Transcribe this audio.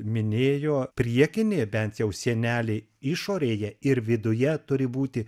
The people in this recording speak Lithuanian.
minėjo priekinė bent jau sienelė išorėje ir viduje turi būti